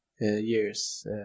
years